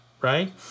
right